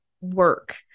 work